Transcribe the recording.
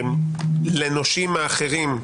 לנושים האחרים,